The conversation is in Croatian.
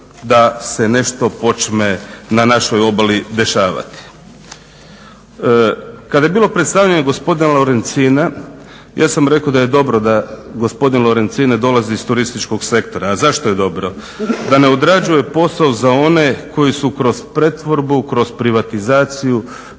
da se nešto počne na našoj obali dešavati. Kada je bilo predstavljanje gospodina Lorencina ja sam rekao da je dobro da gospodin Lorencin ne dolazi iz turističkog sektora, a zašto je dobro? Da ne odrađuje posao za one koji su kroz pretvorbu, kroz privatizaciju